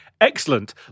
Excellent